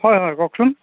হয় হয় কওকচোন